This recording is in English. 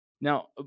Now